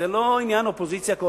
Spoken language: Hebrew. זה לא עניין של אופוזיציה-קואליציה,